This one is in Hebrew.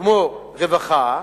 כמו רווחה,